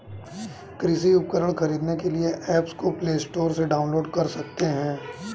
कृषि उपकरण खरीदने के लिए एप्स को प्ले स्टोर से डाउनलोड कर सकते हैं